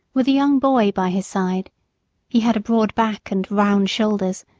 with a young boy by his side he had a broad back and round shoulders,